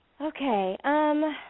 Okay